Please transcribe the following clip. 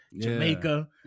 Jamaica